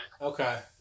Okay